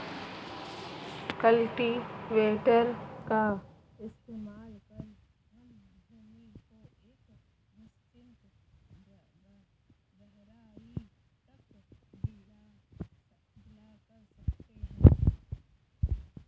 cultivator का इस्तेमाल कर हम भूमि को एक निश्चित गहराई तक ढीला कर सकते हैं